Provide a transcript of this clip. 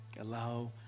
Allow